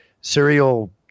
serial